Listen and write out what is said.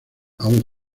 aún